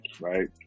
right